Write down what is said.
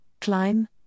climb